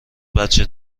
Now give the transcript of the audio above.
بچه